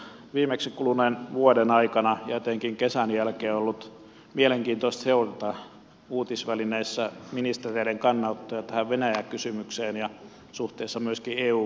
viimeksi kuluneen vuoden aikana ja etenkin kesän jälkeen on ollut mielenkiintoista seurata uutisvälineissä ministereiden kannanottoja tähän venäjä kysymykseen ja suhteessa myöskin eu kysymyksiin